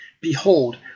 behold